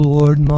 Lord